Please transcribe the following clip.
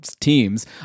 teams